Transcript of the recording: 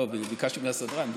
לא, ביקשתי מהסדרן.